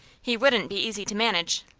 he wouldn't be easy to manage.